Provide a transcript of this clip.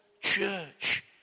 church